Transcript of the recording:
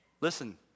Listen